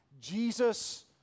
Jesus